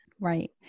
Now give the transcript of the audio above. Right